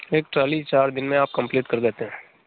एक ट्राली चार दिन में आप कंप्लीट कर देते हैं